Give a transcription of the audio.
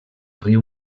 riu